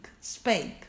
spake